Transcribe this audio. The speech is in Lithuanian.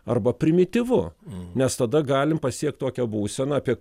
arba primityvu nes tada galim pasiekt tokią būseną apie